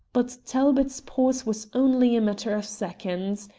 but talbot's pause was only a matter of seconds.